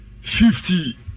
fifty